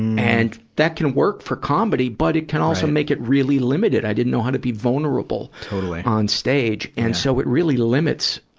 and that can work for comedy, but it can also make it really limited. i didn't know how to be vulnerable dr. totally. on stage. and so, it really limits, ah,